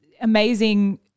amazing